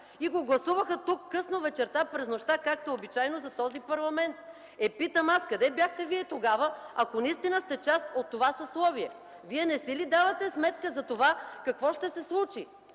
и го гласуваха тук късно вечерта, през нощта, както е обичайно за този парламент. Питам аз: къде бяхте Вие тогава, ако наистина сте част от това съсловие? Вие не си ли давате сметка за това какво ще се случи?